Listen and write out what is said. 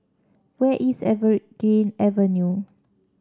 where is Evergreen Avenue